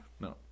no